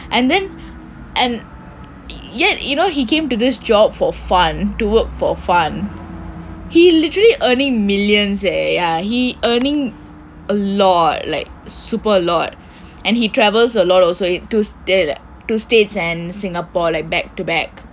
and then yet you know he came to this job for fun to work for fun he literally earning millions eh he earning a lot like super a lot and he travels a lot also to states and Singapore like back to back